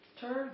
Turn